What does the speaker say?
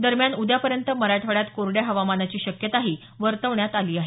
दरम्यान उद्यापर्यंत मराठवाड्यात कोरड्या हवामानाची शक्यताही वर्तवण्यात आली आहे